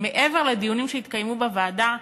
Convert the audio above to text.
שמעבר לדיונים שהתקיימו בוועדה,